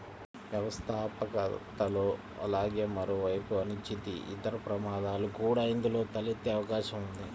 వ్యవస్థాపకతలో అలాగే మరోవైపు అనిశ్చితి, ఇతర ప్రమాదాలు కూడా ఇందులో తలెత్తే అవకాశం ఉంది